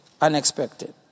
unexpected